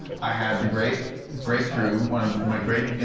i had the great breakthrough one of my great,